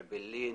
של אעבלין,